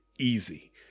easy